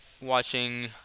watching